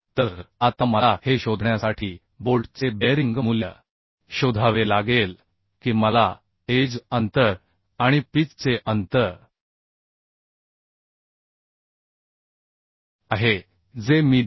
तर आता मला हे शोधण्यासाठी बोल्टचे बेअरिंग मूल्य शोधावे लागेल की मला एज अंतर आणि पिच चे अंतर आहे जे मी 2